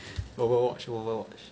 Overwatch Overwatch